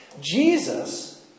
Jesus